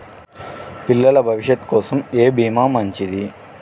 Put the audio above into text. పిల్లల భవిష్యత్ కోసం ఏ భీమా మంచిది?